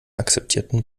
akzeptierten